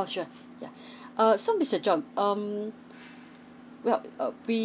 oh sure yeah err so mister john um well err we